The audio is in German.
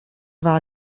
war